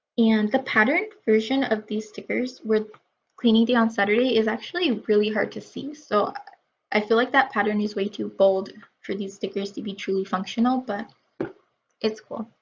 and the pattern version of these stickers with cleaning day on saturday is actually really hard to see so i feel like that pattern is way too bold for these stickers to be truly functional but it's cool.